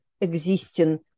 existing